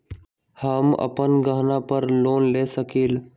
हम अपन गहना पर लोन ले सकील?